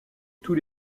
tous